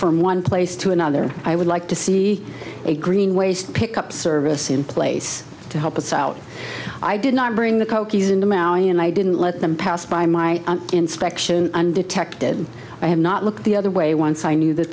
from one place to another i would like to see a green waste pick up service in place to help us out i did not bring the coke ease into maui and i didn't let them pass by my inspection undetected i have not looked the other way once i knew that